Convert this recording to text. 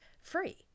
free